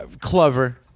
clever